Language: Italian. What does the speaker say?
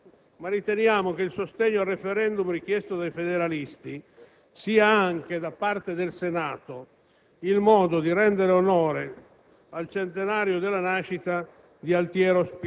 Ladifficoltà dell'impresa non ci sfugge, ma riteniamo che il sostegno al *referendum* richiesto dai federalisti sia anche, da parte del Senato, il modo di rendere onore